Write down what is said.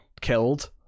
killed